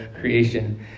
creation